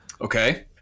okay